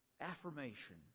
affirmation